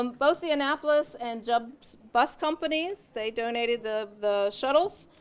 um both the annapolis and jubb's bus companies, they donated the the shuttles.